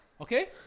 Okay